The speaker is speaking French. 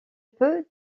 peut